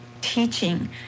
teaching